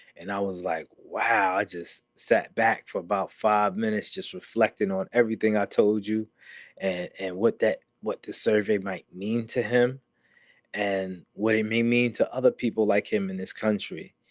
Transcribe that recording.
and i was like, wow i just sat back for about five minutes just reflecting on everything i told you and and what that what the survey might mean to him and what it may mean to other people like him in this country